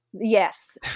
Yes